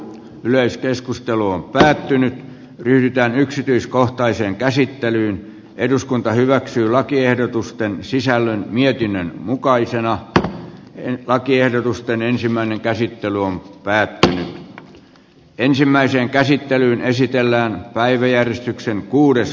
yleiskeskustelu on päättynyt yhtään yksityiskohtaiseen käsittelyyn eduskunta hyväksyy lakiehdotusten sisällön mietinnön mukaisena että eka kierrosten ensimmäinen käsittely niin silloinhan sitä vuokrasopimusta ei tarvitse tehdä